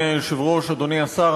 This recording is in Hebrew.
אדוני השר,